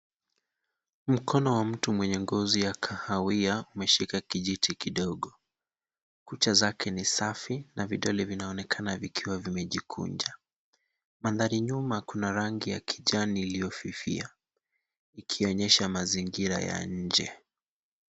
Mkono wa mtu mwenye ngozi ya kahawia ameshika kijiti kidogo kucha zake ni safi na vidole vinaonekana vikiwa vimejikunja mandhari nyuma kuna rangi ya kijani iliyofifia ikionyesha mazingira ya nje